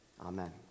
Amen